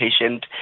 patient